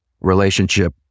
relationship